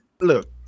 look